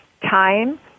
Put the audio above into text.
time